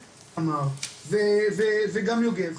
מאיר אמר וגם יוגב אמר,